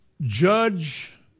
judge